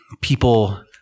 people